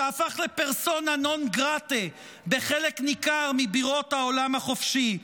שהפך לפרסונה נון גרטה בחלק ניכר מבירות העולם החופשי.